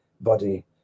body